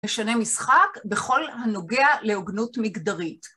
משנה משחק בכל הנוגע להוגנות מגדרית.